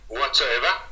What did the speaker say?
whatsoever